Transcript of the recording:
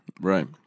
Right